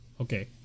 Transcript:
okay